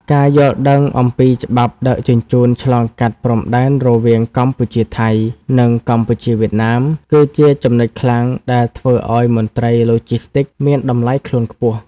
ការយល់ដឹងអំពីច្បាប់ដឹកជញ្ជូនឆ្លងកាត់ព្រំដែនរវាងកម្ពុជា-ថៃ និងកម្ពុជា-វៀតណាម គឺជាចំណុចខ្លាំងដែលធ្វើឱ្យមន្ត្រីឡូជីស្ទីកមានតម្លៃខ្លួនខ្ពស់។